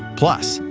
plus,